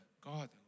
God